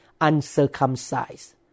uncircumcised